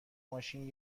ماشین